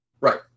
Right